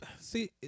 See